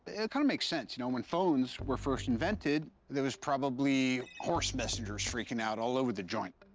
it kinda makes sense. you know, when phones were first invented, there was probably horse messengers freakin' out all over the joint.